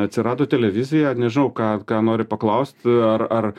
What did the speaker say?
atsirado televizija nežinau ką ką nori paklaust ar ar